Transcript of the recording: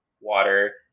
water